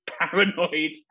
paranoid